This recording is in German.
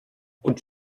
und